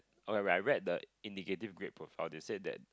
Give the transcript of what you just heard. okay when I read the indicating grad profile they said that